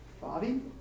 Bobby